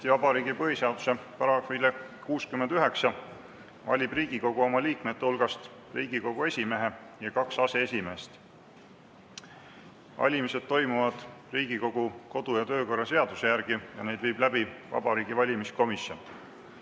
Vabariigi põhiseaduse §‑le 69 valib Riigikogu oma liikmete hulgast Riigikogu esimehe ja kaks aseesimeest. Valimised toimuvad Riigikogu kodu‑ ja töökorra seaduse järgi ja need viib läbi Vabariigi Valimiskomisjon.